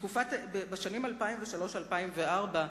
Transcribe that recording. בשנים 2003 2004,